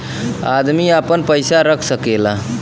अदमी आपन पइसा रख सकेला